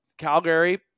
Calgary